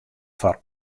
foar